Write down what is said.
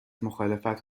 مخالفت